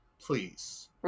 please